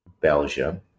Belgium